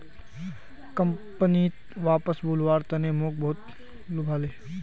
कंपनीत वापस बुलव्वार तने मोक बहुत लुभाले